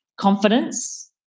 confidence